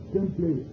Simply